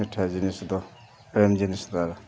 ᱢᱤᱴᱷᱟ ᱡᱤᱱᱤᱥ ᱫᱚ ᱦᱮᱲᱮᱢ ᱡᱤᱱᱤᱥ ᱫᱚ